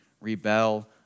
rebel